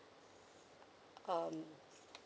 um